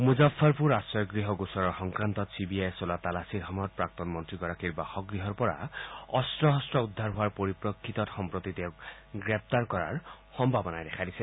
মুজফৰপুৰ আশ্ৰয় গ্যহ গোচৰৰ সংক্ৰান্ত চি বি আইয়ে চলোৱা তালাচীৰ সময়ত প্ৰাক্তন মন্ত্ৰীগৰাকীৰ বাসগৃহৰ পৰা অক্স শস্ত্ৰ উদ্ধাৰ হোৱাৰ পৰিপ্ৰেক্ষিতত সম্প্ৰতি তেওঁক গ্ৰেপ্তাৰ হোৱাৰ সম্ভাৱনাই দেখা দিছে